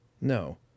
No